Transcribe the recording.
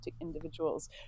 individuals